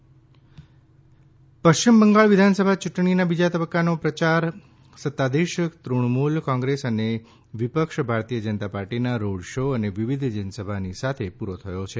પશ્ચિમ બંગાળ પશ્ચિમ બંગાળ વિધાનસભા ચુંટણીના બીજા તબકકાનો પ્રચાર સત્તાધીશ તૃણમુલ કોંગ્રેસ અને વિપક્ષ ભારતીય જનતા પાર્ટીના રોડ શો અને વિવિધ જનસભાની સાથે પુરો થયો છે